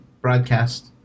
broadcast